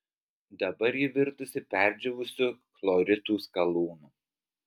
dabar ji virtusi perdžiūvusiu chloritų skalūnu